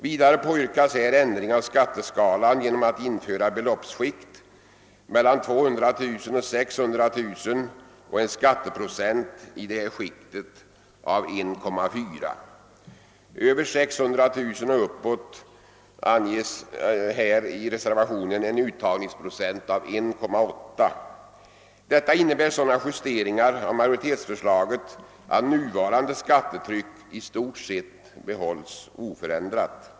Vidare påyrkas ändring av skatteskalan genom att införa ett beloppsskikt för 200 000—600 000 kr. och en skatteprocent av 1,4 inom skiktet. över 600 000 kr. och uppåt föreslås i reservationen en uttagningsprocent av 1,8. Detta innebär sådana justeringar av majoritetsförslaget att nuvarande skattetryck i stort sett bibehålls oförändrat.